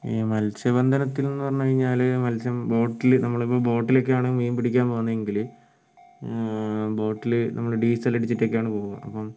ഈ മത്സ്യബന്ധനത്തിൽ നിന്ന് പറഞ്ഞു കഴിഞ്ഞാൽ മത്സ്യം ബോട്ടിൽ നമ്മളിപ്പോൾ ബോട്ടിലൊക്കെയാണ് മീൻ പിടിക്കാൻ പോകുന്നതെങ്കിൽ ബോട്ടിൽ നമ്മൾ ഡീസൽ അടിച്ചിട്ടൊക്കെയാണ് പോവുക അപ്പം